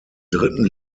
dritten